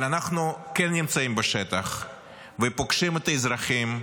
אבל אנחנו נמצאים בשטח ופוגשים את האזרחים,